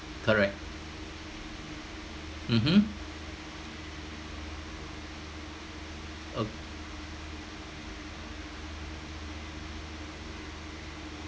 correct mmhmm oh